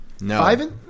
No